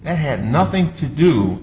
that had nothing to do